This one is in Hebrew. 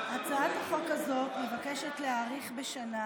מבקשת להאריך בשנה